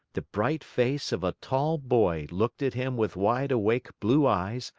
the bright face of a tall boy looked at him with wide-awake blue eyes,